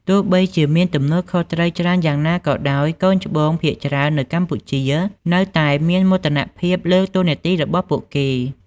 ទោះបីជាមានទំនួលខុសត្រូវច្រើនយ៉ាងណាក៏ដោយ កូនច្បងភាគច្រើននៅកម្ពុជា នៅតែមានមោទនភាពលើតួនាទីរបស់ពួកគេ។